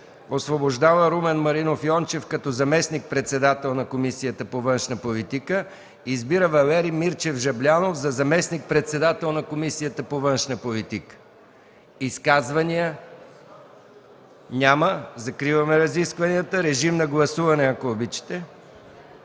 Освобождава Румен Маринов Йончев като заместник-председател на Комисията по външна политика. 2. Избира Валери Мирчев Жаблянов за заместник-председател на Комисията по външна политика.” Изказвания? Няма. Закривам разискванията. Ако обичате,